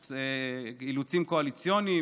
יש אילוצים קואליציוניים,